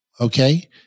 okay